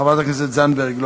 חבר הכנסת מרגלית,